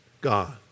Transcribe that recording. God